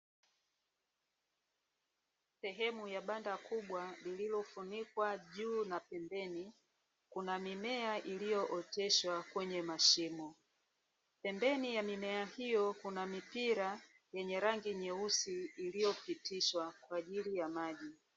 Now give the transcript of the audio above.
Sehemu ya banda kubwa lililofunikwa juu na pembeni kuna mimea iliyooteshwa kwenye mashimo. Pembeni ya mimea hiyo, kuna mipira yenye rangi nyeusi iliyopitishwa kwaajili ya maji.